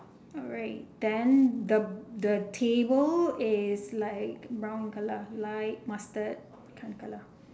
alright then the the table is like brown colour light mustard kind of colour